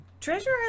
Treasure